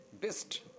best